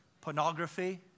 Pornography